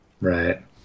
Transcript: Right